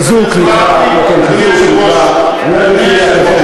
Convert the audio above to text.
חיזוק, ילד הוא ילד הוא ילד.